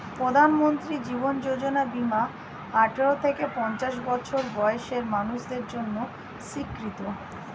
প্রধানমন্ত্রী জীবন যোজনা বীমা আঠারো থেকে পঞ্চাশ বছর বয়সের মানুষদের জন্য স্বীকৃত